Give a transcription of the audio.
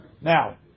Now